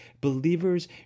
believers